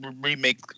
remake